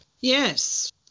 Yes